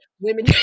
Women